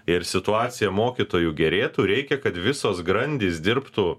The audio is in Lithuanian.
ir situacija mokytojų gerėtų reikia kad visos grandys dirbtų